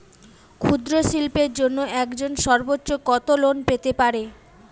ক্ষুদ্রশিল্পের জন্য একজন সর্বোচ্চ কত লোন পেতে পারে?